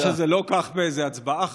חבל שזה לא כך באיזו הצבעה חשובה.